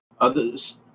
Others